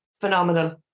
phenomenal